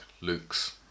Luke's